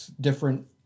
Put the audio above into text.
different